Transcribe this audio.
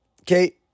okay